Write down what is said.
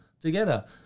together